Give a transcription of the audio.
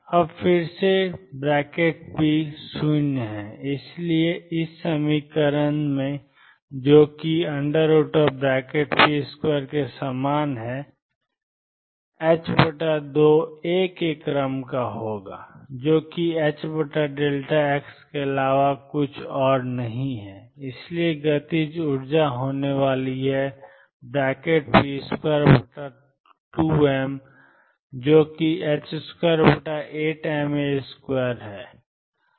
अब फिर से ⟨p⟩0 इसलिए ⟨p2⟩ ⟨p⟩2 जो कि ⟨p2⟩ के समान है 2 ए के क्रम का होगा जो कि x के अलावा और कुछ नहीं है और इसलिए गतिज ऊर्जा होने वाली है ⟨p2⟩2m जो कि 28ma2 है